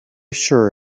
sure